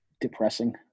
depressing